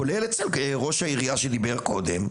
כולל אצל ראש העירייה שדיבר קודם,